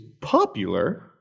popular